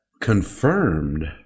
confirmed